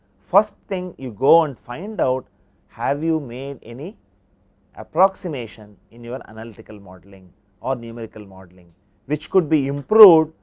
first thing you go on find out have you made any approximation in your analytical modeling or numerical modeling which could be improved,